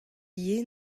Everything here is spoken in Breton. yen